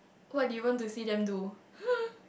what do you want to see them do